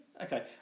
Okay